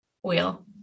wheel